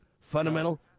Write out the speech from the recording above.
fundamental